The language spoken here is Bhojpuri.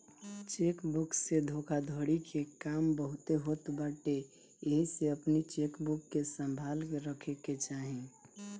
चेक बुक से धोखाधड़ी के काम बहुते होत बाटे एही से अपनी चेकबुक के संभाल के रखे के चाही